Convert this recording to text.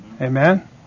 Amen